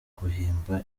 guhimba